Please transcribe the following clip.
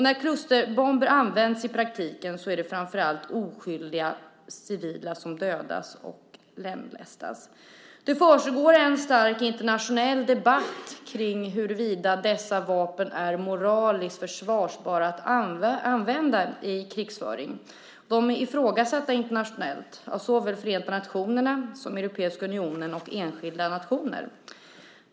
När klusterbomber används i praktiken är det framför allt oskyldiga civila som dödas och lemlästas. Det försiggår en stark internationell debatt kring huruvida dessa vapen är moraliskt försvarbara att använda i krigsföring. De är ifrågasatta internationellt av såväl Förenta nationerna som Europeiska unionen och enskilda nationer.